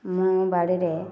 ମୁଁ ବାଡ଼ିରେ